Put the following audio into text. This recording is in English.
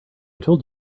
told